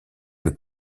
que